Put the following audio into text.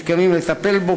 ואנחנו מתכוונים לטפל בו,